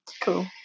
Cool